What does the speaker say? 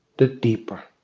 the deeper